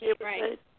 Right